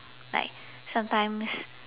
like sometimes